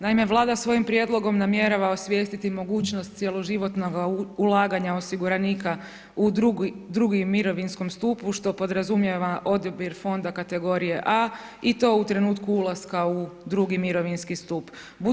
Naime, vlada svojim prijedlogom namjerava osvijestiti mogućnost cijeloživotnog ulaganja osiguranika u 2. mirovinskom stupu, što podrazumijeva odabir fonda kategorije A i to u trenutku ulaska u 2. mirovinski stup.